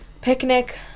Picnic